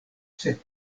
sed